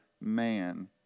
man